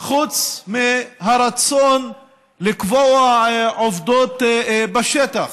חוץ מהרצון לקבוע עובדות בשטח